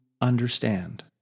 understand